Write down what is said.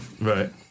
Right